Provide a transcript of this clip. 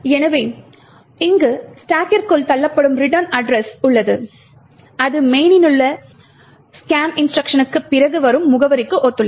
எனவே இங்கு ஸ்டாக்கிற்குள் தள்ளப்படும் ரிட்டர்ன் அட்ரஸ் உள்ளது அது main னில்லுள்ள ஸ்கேன் இன்ஸ்ட்ருக்ஷனுக்குப் பிறகு வரும் முகவரிக்கு ஒத்துள்ளது